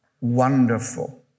wonderful